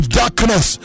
darkness